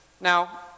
Now